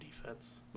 defense